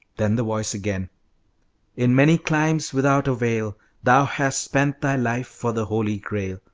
then the voice again in many climes without avail thou hast spent thy life for the holy grail.